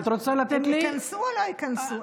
הם ייכנסו, לא ייכנסו?